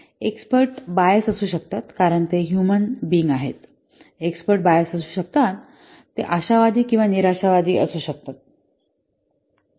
expert bias असू शकतात कारण ते ह्यूमन बिईंग आहेत एक्स्पर्ट बायस असू शकतात ते आशावादी किंवा निराशावादी असू शकतात